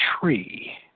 tree